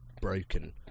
broken